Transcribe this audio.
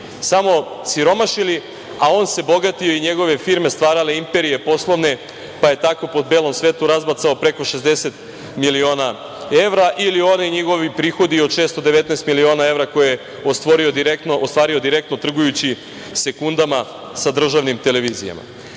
samo siromašili, a on se bogatio i njegove firme stvarale imperije poslovne, pa je tako po belom svetu razbacao preko 60 miliona evra ili oni njihovi prihodi od 619 miliona evra koje je ostvario direktno trgujući sekundama sa državnim televizijama. Ono